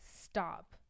stop